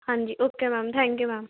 ਹਾਂਜੀ okay ma'am thank you ma'am